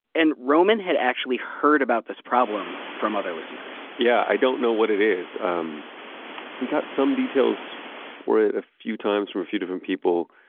and roman had actually heard about this problem from other listeners yeah, i don't know what it is, and um we got some details for it a few times from a few different people,